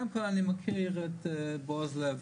קודם כל, אני מכיר את ד"ר לב.